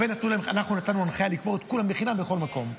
שאנחנו נתנו הנחיה לקבור את כולם בחינם בכל מקום.